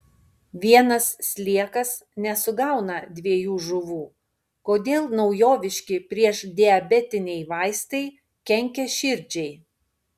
vienas sliekas nesugauna dviejų žuvų kodėl naujoviški priešdiabetiniai vaistai kenkia širdžiai